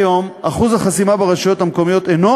כיום אחוז החסימה ברשויות המקומיות אינו